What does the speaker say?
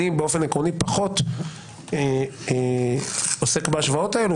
באופן עקרוני אני פחות עוסק בהשוואות האלה,